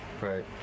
Right